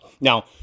Now